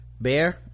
bear